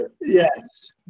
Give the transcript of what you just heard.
yes